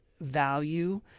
value